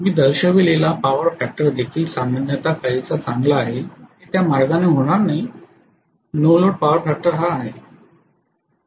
मी दर्शविलेला power factor देखील सामान्यत काहीसा चांगला आहे हे त्या मार्गाने होणार नाही नो लोड पॉवर फॅक्टर हा आहे